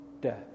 death